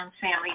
family